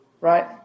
right